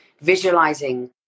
visualizing